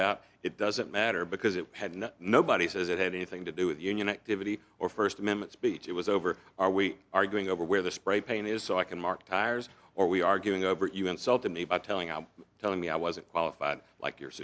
about it doesn't matter because it had no nobody says it had anything to do with union activity or first amendment speech it was over are we arguing over where the spray paint is so i can mark tires or we arguing over you insulting me by telling i'm telling me i wasn't qualified like your